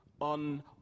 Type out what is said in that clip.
on